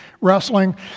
wrestling